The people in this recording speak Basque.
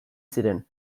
ziren